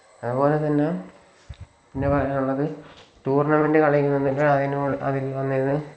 അതുപോലെ തന്നെ പിന്നെ പറയാനുള്ളത് ടൂർണമെൻറ്റ് കളിയിൽ നിന്നക്കെ അതിനോ അതിൽ നിന്ന്